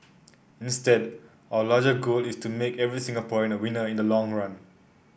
instead our larger goal is to make every Singaporean a winner in the long run